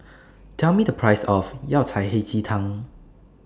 Tell Me The Price of Yao Cai Hei Ji Tang